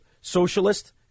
socialist